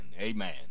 amen